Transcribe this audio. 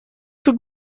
für